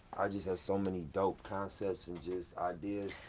just have so many dope concepts and just ideas.